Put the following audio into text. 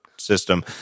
System